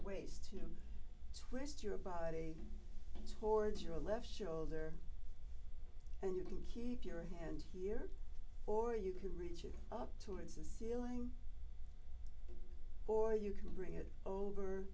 waist to twist your body towards your left shoulder and you can keep your hand here or you can reach it up towards the ceiling or you can bring it over